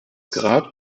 grab